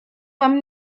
wam